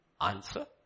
Answer